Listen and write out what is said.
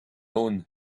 own